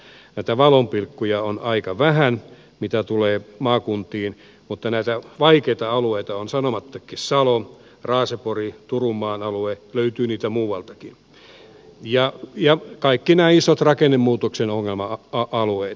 näitä valopilkkuja on aika vähän mitä tulee maakuntiin mutta näitä vaikeita alueita ovat sanomattakin salo raasepori turunmaan alue löytyy niitä muualtakin ja kaikki nämä isot rakennemuutoksen ongelma alueet